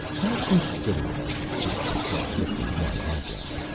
how considerate of you, jason said, lifting one eyebrow.